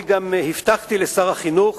אני גם הבטחתי לשר החינוך,